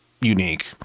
unique